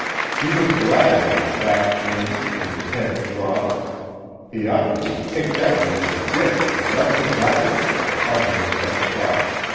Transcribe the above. he was glad that his back twinged and his head throbbed he ought to be kicked out into the ditch and left to die there for harboring such thoughts.